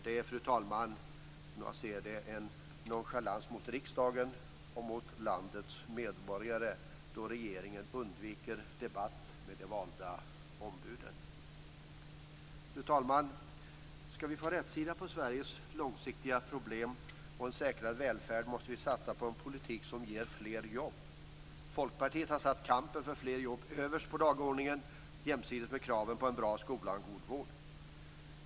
Det är, fru talman, en nonchalans mot riksdagen och mot landets medborgare att regeringen undviker debatt med de valda ombuden. Fru talman! Skall vi få rätsida på Sveriges långsiktiga problem och en säkrad välfärd måste vi satsa på en politik som ger fler jobb. Folkpartiet har satt kampen för fler jobb överst på dagordningen jämsides med kraven på en bra skola och en god vård.